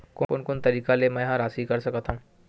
कोन कोन तरीका ले मै ह राशि कर सकथव?